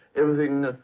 everything